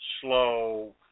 slow